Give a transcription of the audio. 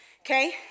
Okay